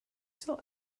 still